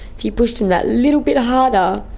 if you pushed them that little bit harder,